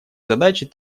задачи